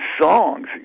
songs